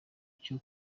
cyo